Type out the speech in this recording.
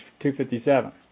257